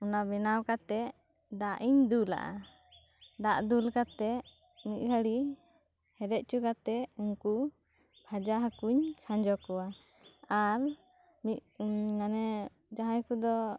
ᱚᱱᱟ ᱵᱮᱱᱟᱣ ᱠᱟᱛᱮ ᱫᱟᱜ ᱤᱧ ᱫᱩᱞᱟᱜᱼᱟ ᱫᱟᱜ ᱫᱩᱞ ᱠᱟᱛᱮ ᱢᱤᱫ ᱜᱷᱟᱹᱲᱤ ᱦᱮᱰᱮᱡ ᱟᱪᱚ ᱠᱟᱛᱮ ᱩᱱᱠᱩ ᱵᱷᱟᱡᱟ ᱦᱟᱹᱠᱩᱧ ᱠᱷᱟᱡᱚ ᱠᱚᱣᱟ ᱟᱨ ᱢᱤᱫ ᱢᱟᱱᱮ ᱡᱟᱦᱟᱭ ᱠᱚᱫᱚ